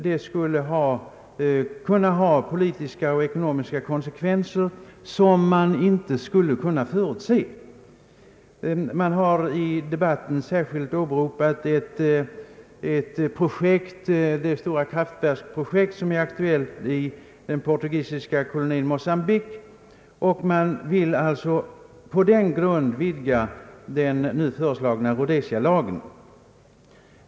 Det skulle kunna medföra politiska och ekonomiska konsekvenser för vårt land som inte kan förutses. I debatten har särskilt åberopats ett projekt, nämligen det stora kraftverk som är aktuellt i den portugisiska kolonin Mocambique. Man vill på den grunden vidga den nu föreslagna Rhodesia-lagen.